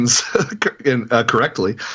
correctly